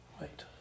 Wait